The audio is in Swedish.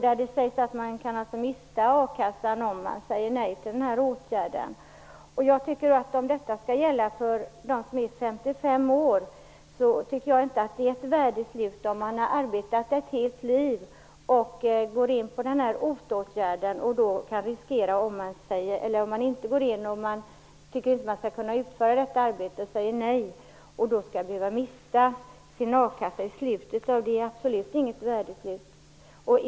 Där sägs det att man kan mista akasseersättningen om man säger nej till den här åtgärden. Om detta skall gälla för dem som är 55 år tycker inte jag att det är ett värdigt slut på arbetslivet för den som har arbetat ett helt liv. Om man inte tycker att man kan utföra detta arbete utan säger nej till att gå in i OTA-åtgärder och då mister sin a-kassa är det absolut inte något värdigt slut på arbetslivet.